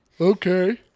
Okay